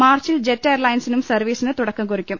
മാർച്ചിൽ ജെറ്റ് എയർലൈൻസും സർവീസിന് തുടക്കം കുറിയ്ക്കും